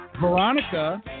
Veronica